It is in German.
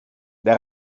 der